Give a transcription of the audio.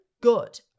good